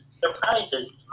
surprises